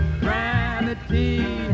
gravity